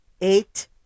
eight